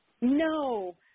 No